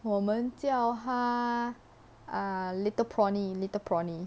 我们叫他 ah little prawny little prawny